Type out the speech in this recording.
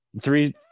Three